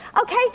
Okay